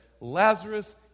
Lazarus